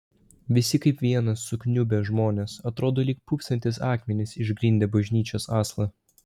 visi kaip vienas sukniubę žmonės atrodo lyg pūpsantys akmenys išgrindę bažnyčios aslą